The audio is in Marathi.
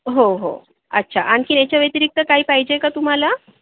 हो हो अच्छा आणखी याच्याव्यतिरिक्त काही पाहिजे आहे का तुम्हाला